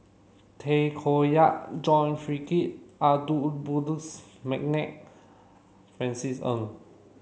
Tay Koh Yat John Frederick Adolphus McNair Francis Ng